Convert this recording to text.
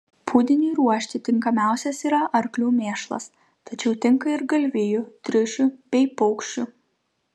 pūdiniui ruošti tinkamiausias yra arklių mėšlas tačiau tinka ir galvijų triušių bei paukščių